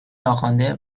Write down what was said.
ناخوانده